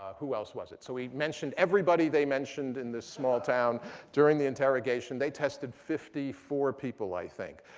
who else was it? so he mentioned everybody they mentioned in this small town during the interrogation. they tested fifty four people, i think.